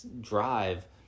drive